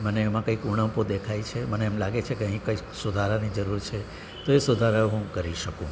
મને એમા કંઈક ઉણપો દેખાય છે મને એમ લાગે છે કે અહીં કંઈક સુધારાની જરૂર છે તો એ સુધારા હું કરી શકું